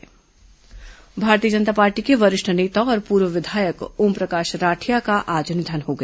ओमप्रकाश राठिया निधन भारतीय जनता पार्टी के वरिष्ठ नेता और पूर्व विधायक ओमप्रकाश राठिया का आज निधन हो गया